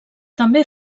també